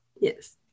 Yes